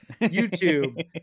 YouTube